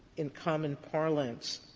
in common parlance,